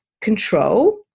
control